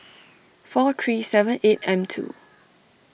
four three seven eight M two